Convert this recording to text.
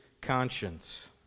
conscience